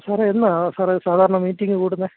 സാറെയെന്നാൽ സാറെ സാധാരണ മീറ്റിംഗ് കൂടുന്നത്